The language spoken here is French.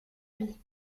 vie